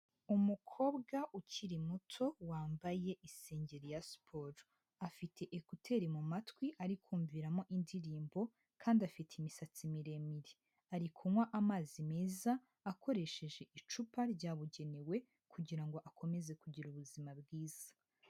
Umukobwa ukiri muto wambaye isengeri ya siporo, afite ekuteri mu matwi ari kumviramo indirimbo kandi afite imisatsi miremire, ari kunywa amazi meza akoresheje icupa ryabugenewe kugira ngo akomeze kugira ubuzima bwiza.